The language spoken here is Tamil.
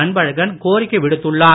அன்பழகன் கோரிக்கை விடுத்துள்ளார்